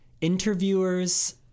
interviewers